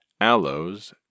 aloes